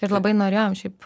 ir labai norėjom šiaip